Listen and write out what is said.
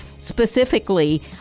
specifically